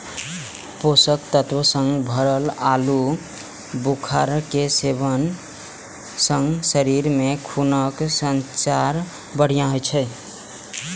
पोषक तत्व सं भरल आलू बुखारा के सेवन सं शरीर मे खूनक संचार बढ़िया होइ छै